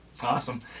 Awesome